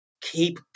Keep